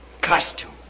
costume